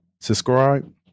subscribe